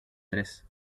tres